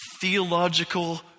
theological